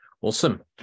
Awesome